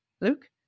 Luke